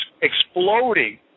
exploding